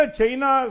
China